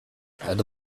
add